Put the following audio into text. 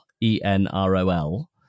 E-N-R-O-L